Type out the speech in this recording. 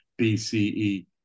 BCE